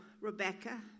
Rebecca